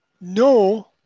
no